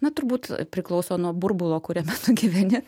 na turbūt priklauso nuo burbulo kuriame tu gyveni